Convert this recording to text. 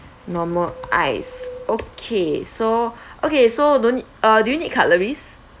normal ice okay so okay so don't uh do you need cutleries